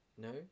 No